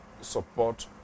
support